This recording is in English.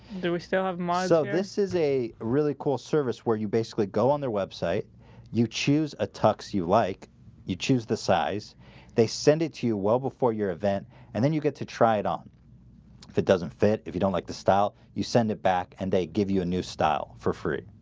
we still have minded. oh, this is a really cool service where you basically go on their website you choose a tux you like you choose the size they send it to you well before your event and then you get to try it on if it doesn't fit if you don't like the style you send it back, and they give you a style for free,